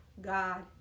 God